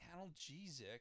analgesic